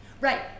right